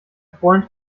freund